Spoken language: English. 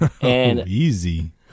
Easy